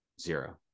zero